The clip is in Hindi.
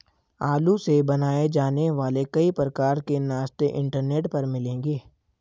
आलू से बनाए जाने वाले कई प्रकार के नाश्ते इंटरनेट पर मिलेंगे